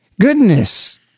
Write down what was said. goodness